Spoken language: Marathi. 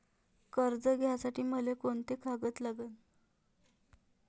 कर्ज घ्यासाठी मले कोंते कागद लागन?